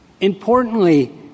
Importantly